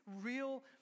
real